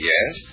Yes